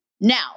Now